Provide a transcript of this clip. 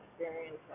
experience